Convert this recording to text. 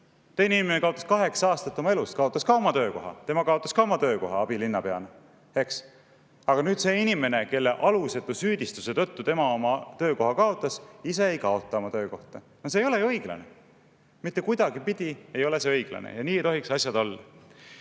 inimene kaotas kaheksa aastat oma elust, kaotas ka oma töökoha: tema kaotas oma töökoha abilinnapeana, eks. Aga see inimene, kelle alusetu süüdistuse tõttu tema oma töökoha kaotas, ise ei kaota oma töökohta. No see ei ole ju õiglane! Mitte kuidagipidi ei ole see õiglane ja nii ei tohiks asjad olla.